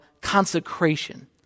consecration